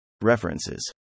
References